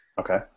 okay